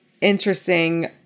Interesting